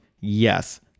yes